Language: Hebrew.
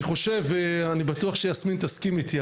אני בטוח שיסמין תסכים איתי,